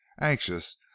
anxious